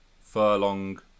Furlong